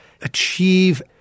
achieve